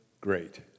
great